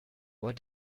what